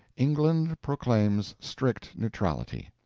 england proclaims strict neutrality.